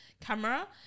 camera